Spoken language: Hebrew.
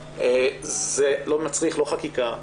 זה לא מצריך לא חקיקה,